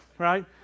right